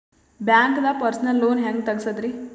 ಬ್ಯಾಂಕ್ದಾಗ personal loan ಹೆಂಗ್ ತಗ್ಸದ್ರಿ?